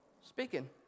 speaking